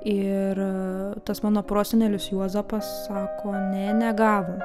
ir tas mano prosenelis juozapas sako ne negavom